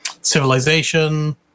Civilization